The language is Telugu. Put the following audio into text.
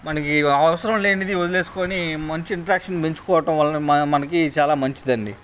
మనకి అవసరం లేనిది వదిలేసుకోని మంచి ఇంటరాక్షన్ పెంచుకోవడం వలన మన మనకి చాలా మంచిదండి